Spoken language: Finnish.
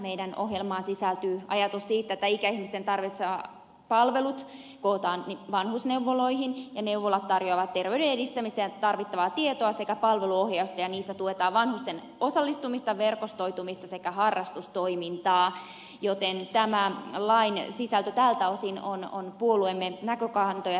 meidän ohjelmaamme sisältyy ajatus siitä että ikäihmisten tarvitsemat palvelut kootaan vanhusneuvoloihin ja neuvolat tarjoavat terveyden edistämiseen tarvittavaa tietoa sekä palveluohjausta ja niissä tuetaan vanhusten osallistumista verkostoitumista sekä harrastustoimintaa joten tämän lain sisältö tältä osin on puolueemme näkökantoja tukeva